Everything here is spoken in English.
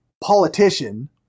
politician